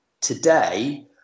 today